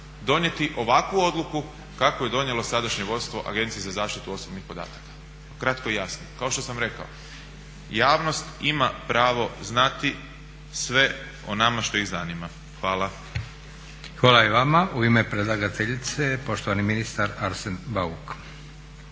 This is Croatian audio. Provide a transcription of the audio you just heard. donijeti ovakvu odluku kakvu je donijelo sadašnje vodstvo Agencije za zaštitu osobnih podataka. Kratko i jasno, kao što sam rekao. Javnost ima pravo znati sve o nama što ih zanima. Hvala. **Leko, Josip (SDP)** Hvala i vama. U ime predlagateljice poštovani ministar Arsen Bauk.